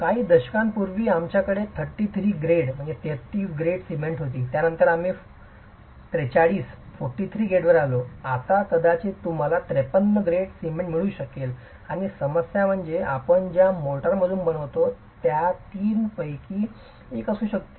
काही दशकांपूर्वी आमच्याकडे 33 ग्रेड सिमेंट होती त्यानंतर आम्ही 43 ग्रेडवर गेलो आज कदाचित तुम्हाला फक्त 53 ग्रेड सिमेंट मिळू शकेल आणि समस्या म्हणजे आपण ज्या मोर्टारमधून बनवतो त्या तीन मोर्टारपैकी एक असू शकते